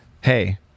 hey